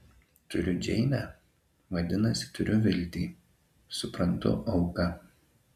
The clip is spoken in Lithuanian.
turiu džeinę vadinasi turiu viltį suprantu auką